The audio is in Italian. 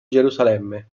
gerusalemme